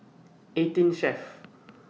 eighteen Chef